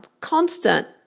constant